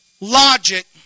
Logic